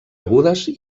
agudes